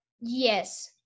Yes